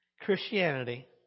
Christianity